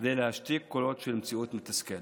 כדי להשתיק קולות של מציאות מתסכלת.